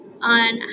on